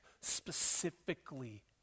specifically